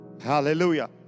Hallelujah